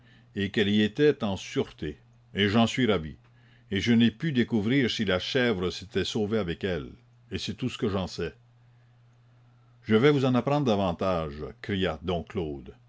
et qu'elle y était en sûreté et j'en suis ravi et je n'ai pu découvrir si la chèvre s'était sauvée avec elle et c'est tout ce que j'en sais je vais vous en apprendre davantage cria dom claude